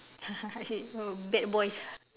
okay oh bad boys